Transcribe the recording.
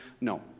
No